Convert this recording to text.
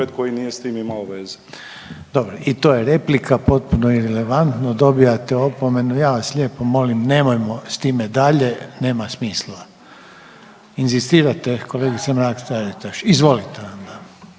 **Reiner, Željko (HDZ)** Dobro. I to je replika, potpuno irelevantno. Dobivate opomenu, ja vas lijepo molimo, nemojmo s time dalje, nema smisla. Inzistirate kolegice Mrak-Taritaš? Izvolite onda.